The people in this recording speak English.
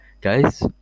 guys